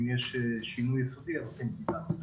אם יש שינוי יסודי, עושים בדיקה.